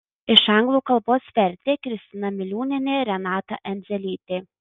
iš anglų kalbos vertė kristina miliūnienė renata endzelytė